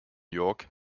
york